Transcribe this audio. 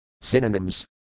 Synonyms